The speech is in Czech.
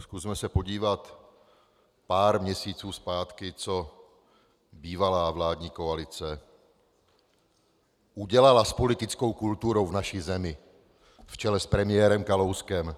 Zkusme se podívat pár měsíců zpátky, co bývalá vládní koalice udělala s politickou kulturou v naší zemi v čele s premiérem Kalouskem.